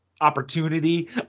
opportunity